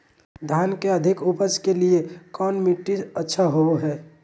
धान के अधिक उपज के लिऐ कौन मट्टी अच्छा होबो है?